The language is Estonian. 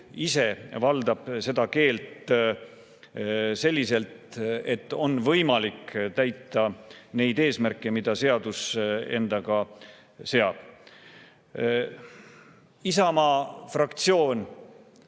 ise valdab seda keelt selliselt, et on võimalik täita neid eesmärke, mida seadus endaga seab. Isamaa fraktsioon